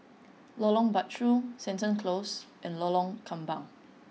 Lorong Bachok Seton Close and Lorong Kembang